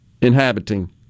inhabiting